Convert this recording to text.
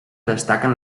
destaquen